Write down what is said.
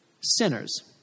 sinners